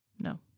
No